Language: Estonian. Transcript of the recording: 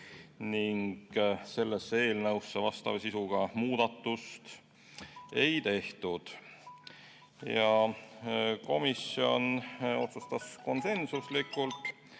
ning sellesse eelnõusse vastava sisuga muudatust ei tehtud. Komisjon otsustas konsensuslikult,